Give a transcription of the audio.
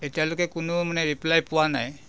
এতিয়ালৈকে কোনো মানে ৰিপ্লাই পোৱা নাই